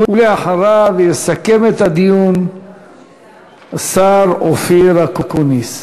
ואחריו יסכם את הדיון השר אופיר אקוניס.